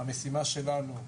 המשימה שלנו,